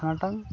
ᱥᱟᱴᱟᱝ